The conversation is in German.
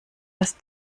das